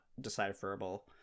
decipherable